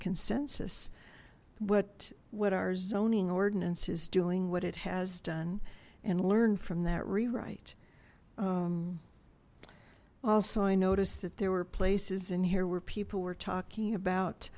consensus what what our zoning ordinance is doing what it has done and learned from that rewrite also i noticed that there were places in here where people were talking about